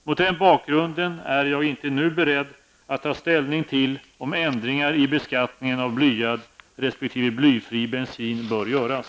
Mot den bakgrunden är jag inte nu beredd att ta ställning till om ändringar i beskattningen av blyad resp. blyfri bensin bör göras.